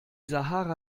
sahara